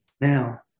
Now